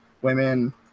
Women